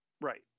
Right